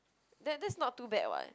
that that's not too bad [what]